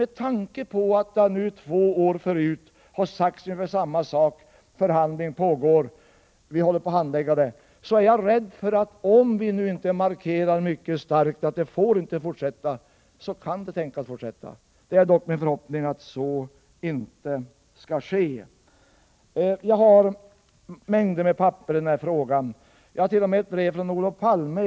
Med tanke på att jag nu två år tidigare har ställts inför samma besked, att ärendet är föremål för handläggning, är jag rädd för att det kommer att fortsätta på samma sätt om vi inte nu mycket starkt markerar att det inte får fortsätta. Det är min förhoppning att så inte skall ske. Jag har mängder av papper i denna fråga, t.o.m. ett brev från Olof Palme.